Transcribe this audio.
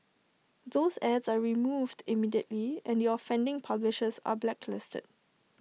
those ads are removed immediately and the offending publishers are blacklisted